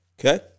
Okay